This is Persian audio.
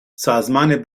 سازمان